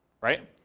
right